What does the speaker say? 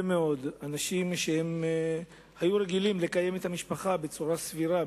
מאוד אנשים שהיו רגילים לקיים את המשפחה בצורה סבירה,